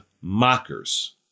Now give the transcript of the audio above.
mockers